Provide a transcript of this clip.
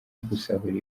gusahura